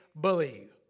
believe